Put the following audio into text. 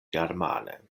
germane